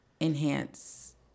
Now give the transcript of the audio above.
enhance